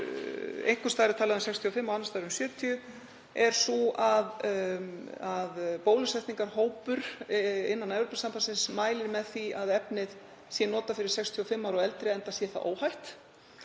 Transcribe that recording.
að einhvers staðar er talað um 65 og annars staðar um 70 er sú að bólusetningarhópur innan Evrópusambandsins mælir með því að efnið sé notað fyrir 65 ára og eldri, enda sé það óhætt.